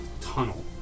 tunnel